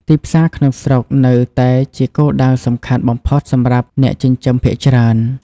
ទីផ្សារក្នុងស្រុកនៅតែជាគោលដៅសំខាន់បំផុតសម្រាប់អ្នកចិញ្ចឹមភាគច្រើន។